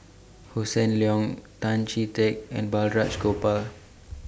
Hossan Leong Tan Chee Teck and Balraj Gopal